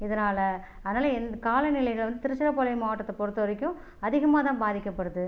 இதனால அதனால காலநிலைகள் வந்து திருச்சிராப்பள்ளி மாவட்ட பொறுத்த வரைக்கும் அதிகமாக தான் பாதிக்கப்படுது